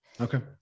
Okay